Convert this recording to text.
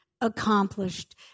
accomplished